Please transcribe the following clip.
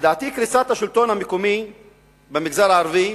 לדעתי, קריסת השלטון המקומי במגזר הערבי